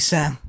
Sam